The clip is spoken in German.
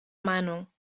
meinung